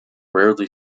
rarely